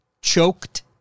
choked